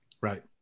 Right